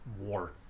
war